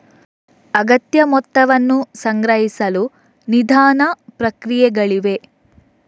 ಅಗತ್ಯ ಮೊತ್ತವನ್ನು ಸಂಗ್ರಹಿಸಲು ನಿಧಾನ ಪ್ರಕ್ರಿಯೆಗಳಿವೆ